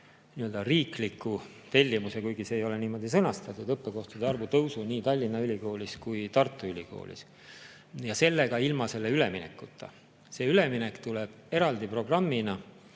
riikliku tellimuse, kuigi see ei ole niimoodi sõnastatud, õppekohtade arvu tõusu nii Tallinna Ülikoolis kui ka Tartu Ülikoolis, ja seda ka ilma selle üleminekuta. See üleminek tuleb eraldi programmina.